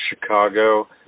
Chicago